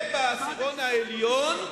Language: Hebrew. זה בעשירון העליון.